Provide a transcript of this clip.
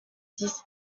dix